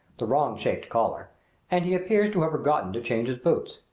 the wrong-shaped collar and he appears to have forgotten to change his boots.